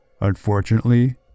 Unfortunately